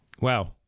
Wow